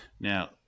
Now